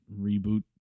reboot